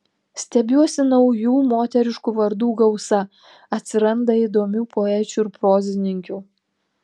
stebiuosi naujų moteriškų vardų gausa atsiranda įdomių poečių ir prozininkių